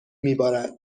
میبارد